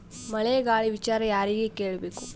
ಮಳೆ ಗಾಳಿ ವಿಚಾರ ಯಾರಿಗೆ ಕೇಳ್ ಬೇಕು?